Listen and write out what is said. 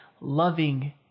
loving